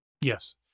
Yes